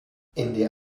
ende